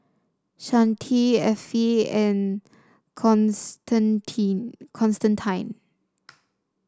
Shante Effie and Constantine